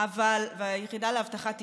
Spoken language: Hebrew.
והיחידה לאבטחת אישים,